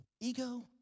ego